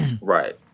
right